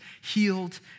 healed